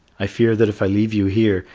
i fear that if i leave you here,